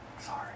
sorry